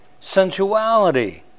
Sensuality